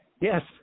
Yes